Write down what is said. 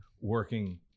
working